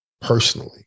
personally